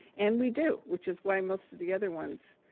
and we do, which is why most of the other ones